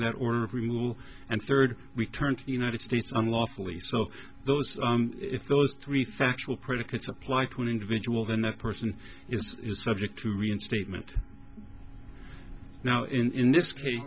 in that order of removal and third we turn to the united states unlawfully so those if those three factual predicates apply to an individual then that person is subject to reinstatement now in this case